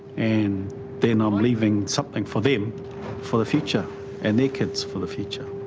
and then i'm leaving something for them for the future and their kids for the future.